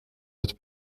het